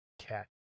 Cat